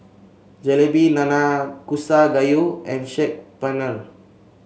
Jalebi Nanakusa Gayu and Saag Paneer